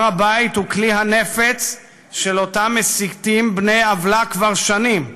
הר הבית הוא כלי הנפץ של אותם מסיתים בני עוולה כבר שנים,